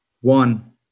One